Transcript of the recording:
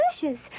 delicious